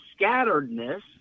scatteredness